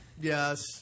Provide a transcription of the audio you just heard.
Yes